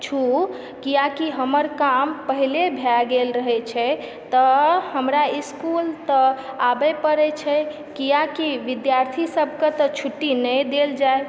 छू किआ कि हमर काम पहिले भए गेल रहय छै तऽ हमरा इस्कूल तऽ आबय पड़य छै किआकि विद्यार्थी सभकेँ तऽ छुट्टी नहि देल जायल